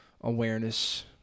awareness –